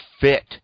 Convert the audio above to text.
fit